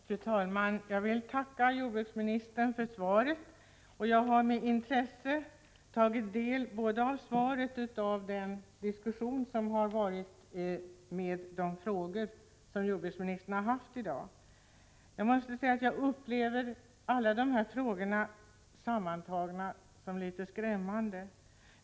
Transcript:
Fru talman! Jag vill tacka jordbruksministern för svaret. Jag har med intresse tagit del av både svaret och den diskussion som har förts med anledning av de frågor som jordbruksministern haft att besvara i dag. Jag upplever alla dessa frågor sammantagna som litet skrämmande.